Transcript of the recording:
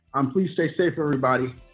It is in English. um please stay safe everybody.